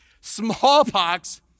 Smallpox